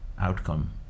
outcome